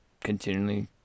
continually